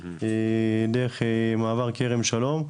דרך מעבר כרם שלום.